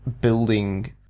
building